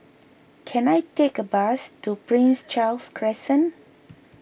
can I take a bus to Prince Charles Crescent